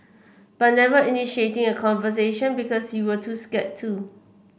but never initiating a conversation because you were too scared to